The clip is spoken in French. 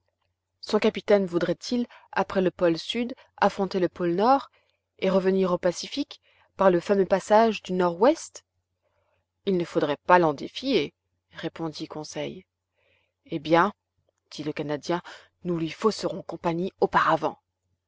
son capitaine voudrait-il après le pôle sud affronter le pôle nord et revenir au pacifique par le fameux passage du nord-ouest il ne faudrait pas l'en défier répondit conseil eh bien dit le canadien nous lui fausserons compagnie auparavant